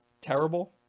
terrible